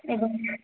एवं